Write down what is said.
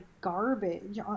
garbage